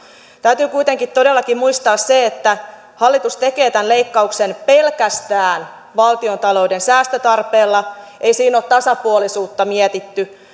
täytyy kuitenkin todellakin muistaa se että hallitus tekee tämän leikkauksen pelkästään valtiontalouden säästötarpeella ei siinä ole tasapuolisuutta mietitty